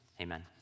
amen